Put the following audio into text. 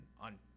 on